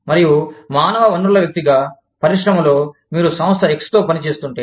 మరియు మానవ వనరుల వ్యక్తిగా పరిశ్రమలో మీరు సంస్థ X తో పనిచేస్తుంటే